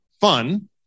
fun